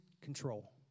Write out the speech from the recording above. control